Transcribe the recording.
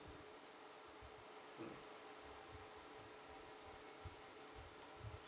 mm